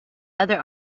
other